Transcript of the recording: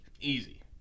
easy